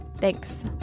Thanks